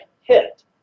hit